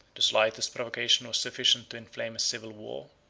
the slightest provocation was sufficient to inflame a civil war.